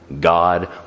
God